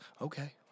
Okay